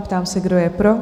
Ptám se, kdo je pro?